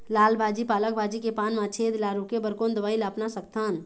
लाल भाजी पालक भाजी के पान मा छेद ला रोके बर कोन दवई ला अपना सकथन?